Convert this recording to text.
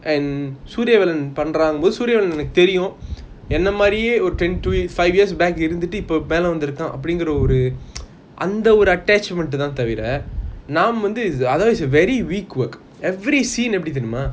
and Suriyavelan பண்றனு போது சூரியவேலன் என்னக்கு தெரியும் என்ன மாறியே ஒரு:suriyavelan panranu bothu suriyavelan ennaku teriyum enna maariyae oru five years back இருந்துட்டு இப்போ மெல்ல வந்து திருக்குரான் அப்பிடிங்கிற ஒரு அந்த ஒரு:irunthutu ipo mella vanthu irukuran apidingira oru antha oru attachment தான் தவிர நாம் வந்து அவுத்து:thaan thavira naam vanthu athavuthu is a very weak work every scene எப்பிடி தெரியுமா:epidi teriyuma